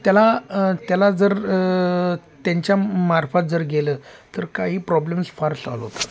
त्यालात्याला जर त्यांच्यामार्फत जर गेलं तर काही प्रॉब्लेम्स फार सॉल्व्ह होतात